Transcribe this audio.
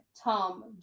Tom